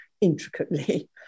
intricately